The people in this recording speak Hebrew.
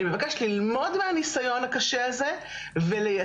אני מבקשת ללמוד מהניסיון הקשה הזה וליישם